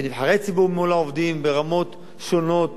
נבחרי ציבור מול העובדים ברמות שונות